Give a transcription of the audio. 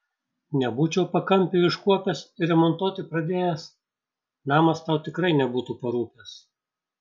nebūčiau pakampių iškuopęs ir remontuoti pradėjęs namas tau tikrai nebūtų parūpęs